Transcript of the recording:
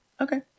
okay